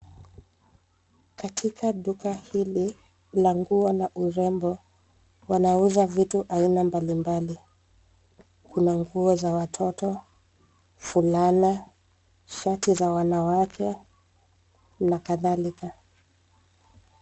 Katika duka hili la nguo na urembo, wanauza vitu aina mbali mbali. Kuna nguo za watoto, fulana, shati za wanawake na kadhalika.